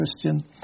Christian